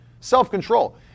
Self-control